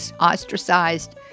ostracized